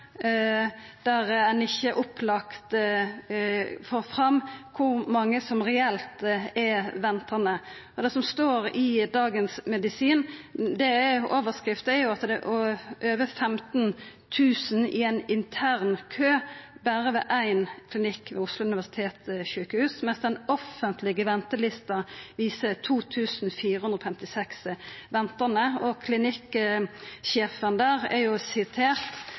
der ein ikkje opplagt får fram kor mange som reelt er ventande? Overskrifta til det som står i Dagens Medisin, er at det er over 15 000 i ein intern kø berre ved ein klinikk ved Oslo universitetssjukehus, mens den offentlege ventelista viser 2 456 ventande. Klinikksjefen der er sitert